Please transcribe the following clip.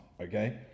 okay